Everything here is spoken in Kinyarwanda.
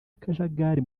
akajagari